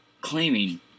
Claiming